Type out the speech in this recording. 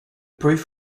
proof